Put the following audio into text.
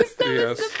Yes